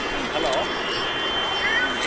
ꯎꯝ ꯍꯜꯂꯣ ꯎꯝ